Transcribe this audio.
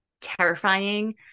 terrifying